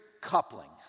coupling